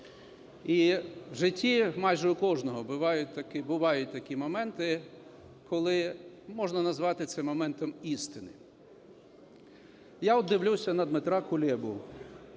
і в житті майже у кожного бувають такі моменти, коли можна назвати це "моментом істини". Я от дивлюся на Дмитра Кулебу.